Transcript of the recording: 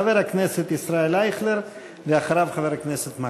חבר הכנסת ישראל אייכלר, ואחריו, חבר הכנסת מקלב.